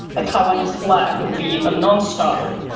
a taiwanese flag would be a non-starter,